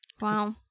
Wow